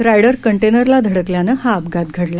rider कंटेनरला धडकल्यानं हा अपघात घडला